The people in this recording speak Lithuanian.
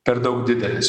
per daug didelis